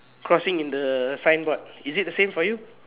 crossing in the signboard is it the same for you